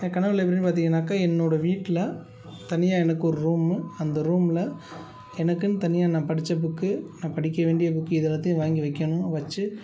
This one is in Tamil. என் கனவு லைப்ரரின்னு பார்த்தீங்கன்னாக்க என்னோட வீட்டில தனியாக எனக்கு ஒரு ரூம்மு அந்த ரூம்ல எனக்குன்னு தனியாக நான் படிச்ச புக்கு நான் படிக்க வேண்டிய புக்கு இதை எல்லாத்தையும் வாங்கி வைக்கணும் வச்சு